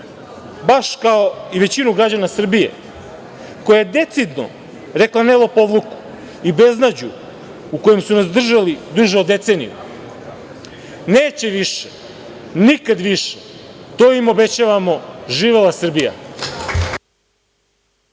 baš kao i većinu građana Srbije, koja je decidno rekla ne lopovluku i beznađu u kojem su nas držali deceniju. Neće više, nikad više, to im obećavamo. Živela Srbija!